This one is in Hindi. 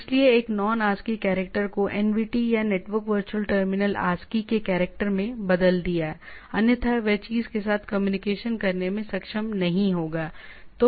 इसलिए एक नॉन आस्की कैरेक्टर को एनवीटी या नेटवर्क वर्चुअल टर्मिनल आस्की के करैक्टर में बदल दिया अन्यथा वह चीज के साथ कम्युनिकेशन करने में सक्षम नहीं होगा